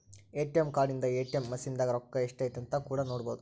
ATM card ಇಂದ ATM machine ದಾಗ ರೊಕ್ಕ ಎಷ್ಟೈತೆ ಅಂತ ಕೂಡ ನೊಡ್ಬೊದು